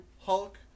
Hulk